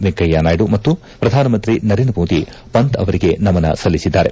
ವೆಂಕಯ್ಯನಾಯ್ಡು ಮತ್ತು ಪ್ರಧಾನಮಂತ್ರಿ ನರೇಂದ್ರ ಮೋದಿ ಪಂತ್ ಅವರಿಗೆ ನಮನ ಸಲ್ಲಿಸಿದ್ದಾರೆ